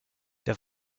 der